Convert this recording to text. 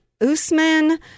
usman